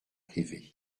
privés